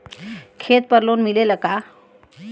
खेत पर लोन मिलेला का?